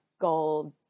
gold